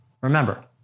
Remember